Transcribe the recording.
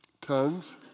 tongues